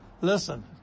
listen